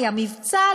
היה מבצע,